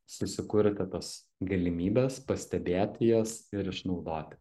susikurti tas galimybes pastebėti jas ir išnaudoti